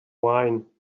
wine